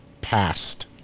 passed